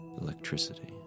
electricity